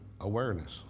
awareness